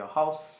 how's